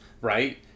Right